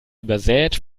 übersät